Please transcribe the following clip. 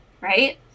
Right